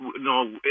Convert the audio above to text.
No